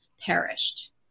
perished